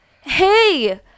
hey